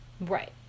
Right